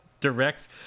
direct